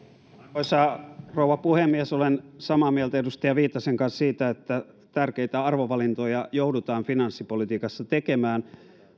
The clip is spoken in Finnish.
arvoisa rouva puhemies olen samaa mieltä edustaja viitasen kanssa siitä että tärkeitä arvovalintoja joudutaan finanssipolitiikassa tekemään